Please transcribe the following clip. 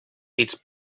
its